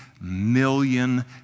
million